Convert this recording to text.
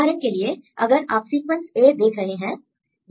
उदाहरण के लिए अगर आप सीक्वेंस a देख रहे हैं